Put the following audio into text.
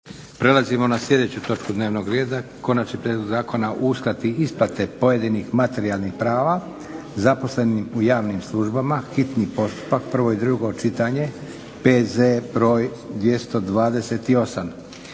Prelazimo na sljedeću točku dnevnog reda. - Konačni prijedlog Zakona o uskrati isplate pojedinih materijalnih prava zaposlenima u javnim službama, hitni postupak, prvo i drugo čitanje, P.Z.E. br. 228.